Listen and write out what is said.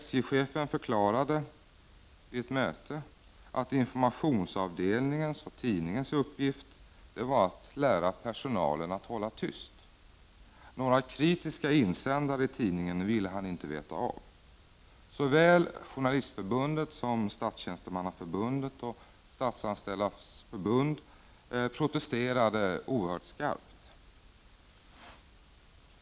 SJ-chefen förklarade vid ett möte att informationsavdelningens och tidningens uppgift är att lära personalen att hålla tyst. Några kritiska insändare i tidningen ville han inte veta av. Såväl Journalistförbundet som Statstjänstemannaförbundet och Statsanställdas förbund protesterade oerhört skarpt.